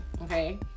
Okay